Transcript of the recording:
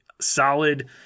solid